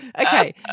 okay